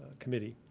committee.